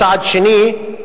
צעד שני,